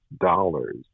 dollars